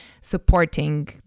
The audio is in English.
supporting